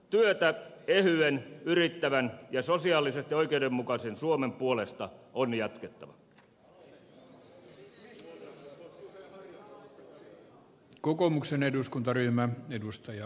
työtä ehyen yrittävän ja sosiaalisesti oikeudenmukaisen suomen puolesta on jatkettava